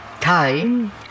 time